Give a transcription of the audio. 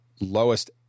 lowest